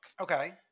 Okay